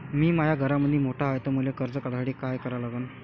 मी माया घरामंदी मोठा हाय त मले कर्ज काढासाठी काय करा लागन?